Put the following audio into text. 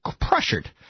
pressured